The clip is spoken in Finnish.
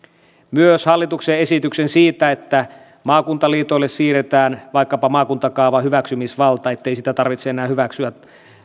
myös hallituksen esityksen siitä että maakuntaliitoille siirretään vaikkapa maakuntakaavan hyväksymisvalta ettei sitä tarvitse enää